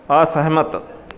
ਅਸਹਿਮਤ